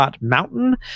Mountain